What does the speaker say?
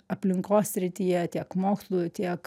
aplinkos srityje tiek mokslui tiek